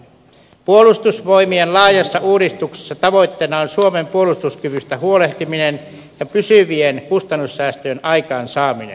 puolustusvoimien laajassa uudistuksessa tavoitteena on suomen puolustuskyvystä huolehtiminen ja pysyvien kustannussäästöjen aikaansaaminen